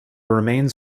remains